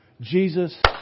Jesus